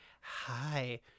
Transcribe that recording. hi